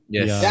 Yes